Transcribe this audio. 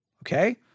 Okay